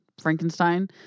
Frankenstein